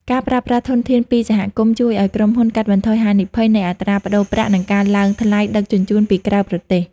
ការប្រើប្រាស់ធនធានពីសហគមន៍ជួយឱ្យក្រុមហ៊ុនកាត់បន្ថយហានិភ័យនៃអត្រាប្តូរប្រាក់ និងការឡើងថ្លៃដឹកជញ្ជូនពីក្រៅប្រទេស។